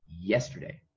yesterday